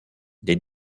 des